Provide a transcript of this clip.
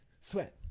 Sweat